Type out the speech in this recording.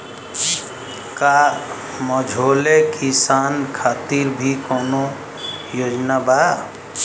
का मझोले किसान खातिर भी कौनो योजना बा?